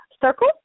circle